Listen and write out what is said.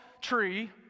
tree